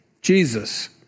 Jesus